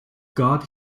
god